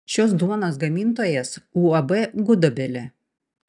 šios duonos gamintojas uab gudobelė